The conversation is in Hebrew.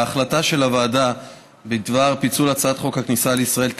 ההצעה של הוועדה בדבר פיצול הצעת חוק הכניסה לישראל,